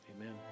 Amen